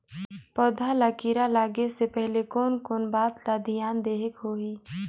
पौध ला कीरा लगे से पहले कोन कोन बात ला धियान देहेक होही?